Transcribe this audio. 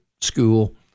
school